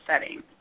setting